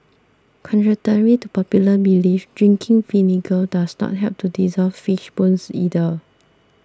contrary to popular belief drinking vinegar does not help to dissolve fish bones either